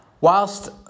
whilst